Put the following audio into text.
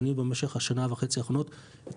אנחנו בונים במשך השנה וחצי האחרונות את